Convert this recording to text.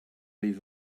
leave